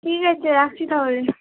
ঠিক আছে রাখছি তাহলে